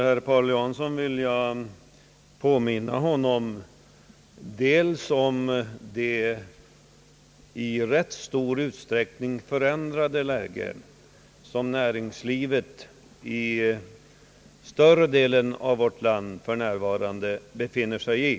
Herr talman! Jag vill påminna herr Paul Jansson om det i rätt stor utsträckning förändrade läge, som näringslivet i större delen av vårt land för närvarande befinner sig i.